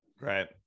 right